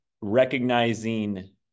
recognizing